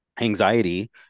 anxiety